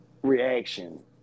reaction